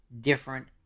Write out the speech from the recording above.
different